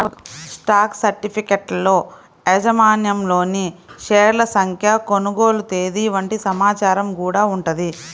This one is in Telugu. స్టాక్ సర్టిఫికెట్లలో యాజమాన్యంలోని షేర్ల సంఖ్య, కొనుగోలు తేదీ వంటి సమాచారం గూడా ఉంటది